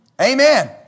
Amen